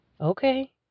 Okay